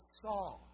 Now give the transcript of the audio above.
saw